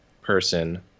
person